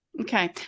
Okay